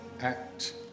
act